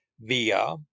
via